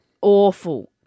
Awful